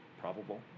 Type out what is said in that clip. probable